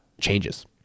changes